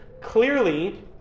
clearly